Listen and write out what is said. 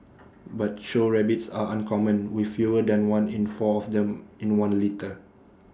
but show rabbits are uncommon with fewer than one in four of them in one litter